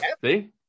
see